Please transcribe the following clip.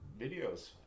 videos